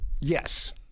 Yes